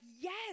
yes